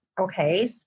okay